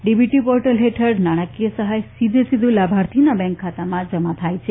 DBT portal હેઠળ નાણાકીય સહાય સીધે સીધા લાભાર્થીના બેંકના ખાતામાં જમામ થાય છે